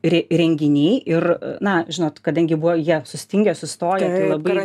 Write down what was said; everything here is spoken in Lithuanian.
re renginiai ir na žinot kadangi buvo jie sustingę sustoję tai labai